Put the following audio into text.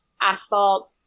asphalt